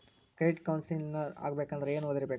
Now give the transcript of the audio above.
Credit counsellor ಆಗ್ಬೇಕಂದ್ರ ಏನ್ ಓದಿರ್ಬೇಕು?